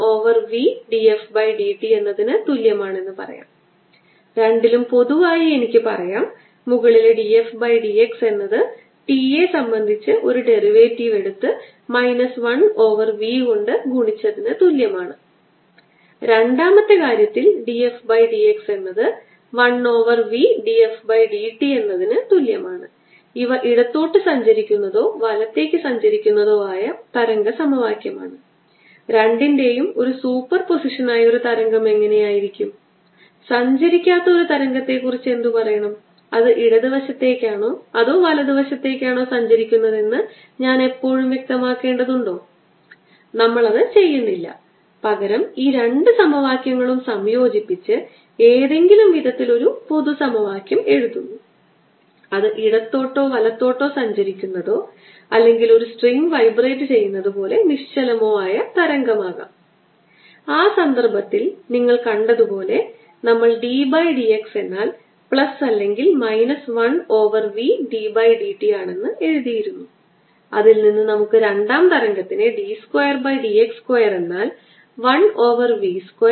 f ദിശയുടെ x ന്റെ വ്യതിരിക്തത കണക്കാക്കാൻ നമ്മൾ ആഗ്രഹിക്കുന്നു അത് x ദിശയിലുള്ള x നെ സംബന്ധിച്ചിടത്തോളം ഭാഗിക ഡെറിവേറ്റീവ് ആണ് ഒപ്പം x ഭാഗിക y പ്ലസ് x ഭാഗിക z x ചതുരശ്ര x plus 6 xyzy plus z square xz എന്നിവ ഉപയോഗിച്ച് ഡോട്ട് ചെയ്ത എനിക്ക് ഇഷ്ടമുള്ളതുപോലെ എഴുതാൻ കഴിയും ഒരുതവണ പൂർണ്ണ മഹത്വത്തോടെ ചെയ്യുക തുടർന്ന് x ഘടകത്തിന്റെ x ഭാഗിക ഡെറിവേറ്റീവ് y ഘടകത്തിന്റെ ഭാഗിക ഡെറിവേറ്റീവ് z ഘടകത്തിന്റെ ഭാഗിക ഡെറിവേറ്റീവ് എടുക്കുന്നതിൽ മാത്രം അർത്ഥമുണ്ടെന്ന് നിങ്ങൾക്ക് കാണാൻ കഴിയും എന്നാൽ തൽക്കാലം നമുക്ക് ഇത് പൂർണ്ണമായും ചെയ്യാം